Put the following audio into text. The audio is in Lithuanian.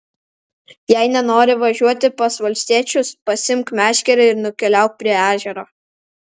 jei nenori važiuoti pas valstiečius pasiimk meškerę ir nukeliauk prie ežero